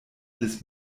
alles